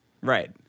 Right